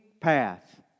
path